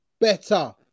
better